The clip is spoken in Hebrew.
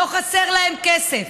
לא חסר להם כסף.